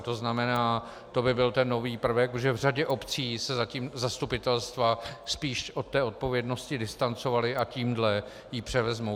To znamená, to by byl ten nový prvek, protože v řadě obcí se zatím zastupitelstva spíš od té odpovědnosti distancovala a tímhle ji převezmou.